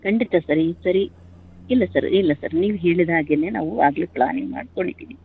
ಖಂಡಿತ ಸರ್ ಈ ಸರಿ ಇಲ್ಲ ಸರ್ ಇಲ್ಲ ಸರ್ ನೀವ್ ಹೇಳಿದಹಾಗೆಯೇ ನಾವು ಆಗಲೇ ಪ್ಲಾನಿಂಗ್ ಮಾಡ್ಕೊಂಡಿದ್ದೀವಿ